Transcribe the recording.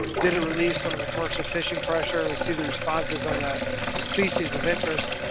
did it relieve some of the course of fishing pressure? we see the responses on the species of interest.